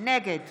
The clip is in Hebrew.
נגד